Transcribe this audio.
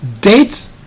dates